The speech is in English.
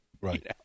Right